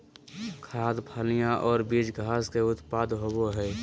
खाद्य, फलियां और बीज घास के उत्पाद होबो हइ